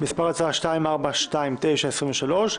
(פ/ 2429/23),